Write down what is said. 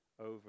over